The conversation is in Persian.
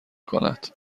کند